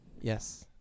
Yes